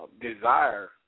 desire